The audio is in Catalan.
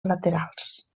laterals